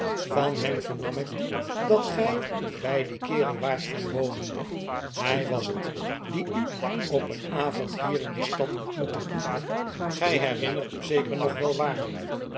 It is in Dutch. van hem vernam ik dat gij bij dien kerel waart gaan wonen hij was het die u op een avond hier in de stad ontmoette gij herinnert u zeker nog wel waar